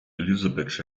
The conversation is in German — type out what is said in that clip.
elizabeth